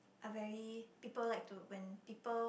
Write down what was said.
I very people like to when people